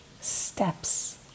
steps